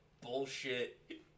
bullshit